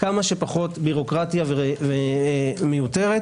כמה שפחות בירוקרטיה מיותרת.